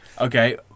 Okay